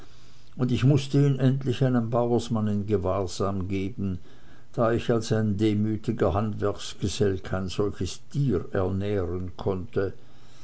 und ich mußte ihn endlich einem bauersmann in gewahrsam geben da ich als ein demütiger handwerksgesell kein solches tier ernähren konnte